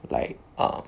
like um